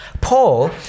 Paul